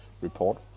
report